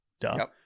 Duh